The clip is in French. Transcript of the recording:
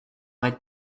arrêts